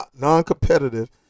non-competitive